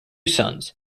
sons